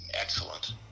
Excellent